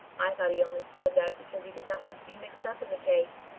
i thought he only said that because he did not want to be mixed up in the case.